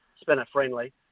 spinner-friendly